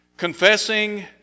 confessing